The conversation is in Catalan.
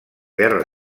guerra